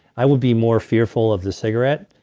i would be more fearful of the cigarette,